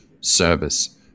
service